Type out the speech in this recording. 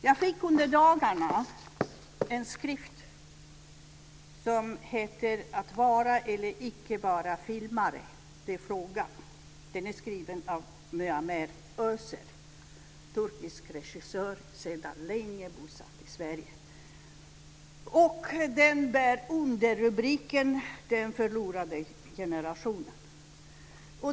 Jag fick häromdagen en skrift som heter Att vara eller icke vara filmare - det är frågan. Den är skriven av Muammer Özer, en turkisk regissör som sedan länge är bosatt i Sverige. Den bär underrubriken Den förlorade generationen.